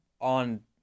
on